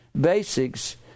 basics